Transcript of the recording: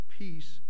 peace